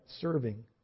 serving